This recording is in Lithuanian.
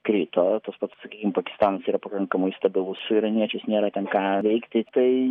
krito tas pats sakykim pakistanas yra pakankamai stabilus su iraniečiais nėra ten ką veikti tai